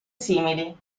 simili